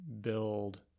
build